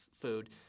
food